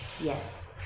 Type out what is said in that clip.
Yes